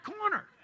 corner